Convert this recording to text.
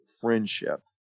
friendship